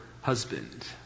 husband